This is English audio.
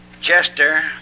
Chester